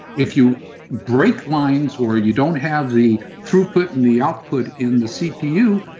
if you break lines or you don't have the throughput and the output in the cpu,